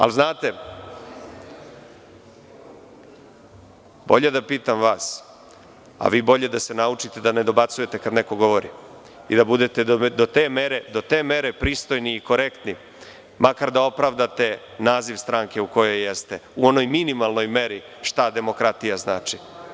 Ali, znate, bolje da pitam vas, a vi bolje da se naučite da ne dobacujte kada neko govori i da budete do te mere pristojni i korektni, makar da opravdate naziv stranke u kojoj jeste, u onoj minimalnoj meri šta demokratija znači.